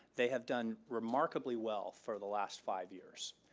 they have done remarkably well for the last five years,